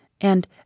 and